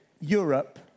Europe